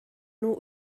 nhw